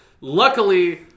Luckily